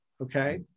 okay